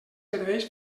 serveis